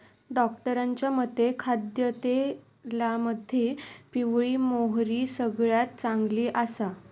डॉक्टरांच्या मते खाद्यतेलामध्ये पिवळी मोहरी सगळ्यात चांगली आसा